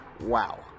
wow